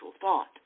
thought